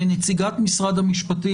נציגת משרד המשפטים,